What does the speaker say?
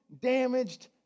damaged